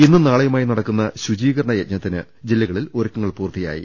ഇന്നും നാളെയുമായി നടക്കുന്ന ശുചീകരണ യജ്ഞത്തിന് ജില്ലകളിൽ ഒരുക്കങ്ങൾ പൂർത്തിയായി